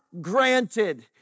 granted